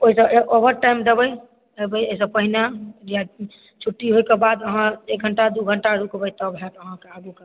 overtime देबै एहिसँ पहिने छुट्टी होइके बाद अहाँ एक घण्टा दू घण्टा रुकबै तब होयत अहाँकेॅं आगूके काम